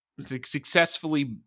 successfully